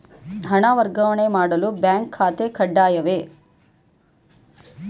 ಹಣ ವರ್ಗಾವಣೆ ಮಾಡಲು ಬ್ಯಾಂಕ್ ಖಾತೆ ಕಡ್ಡಾಯವೇ?